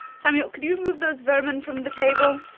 samuel, could you remove those vermin from the table?